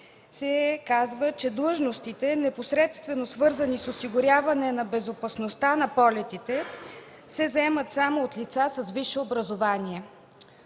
се казва, че длъжностите, непосредствено свързани с осигуряване на безопасността на полетите, се заемат само от лица с висше образование.